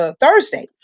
Thursday